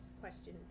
question